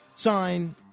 Sign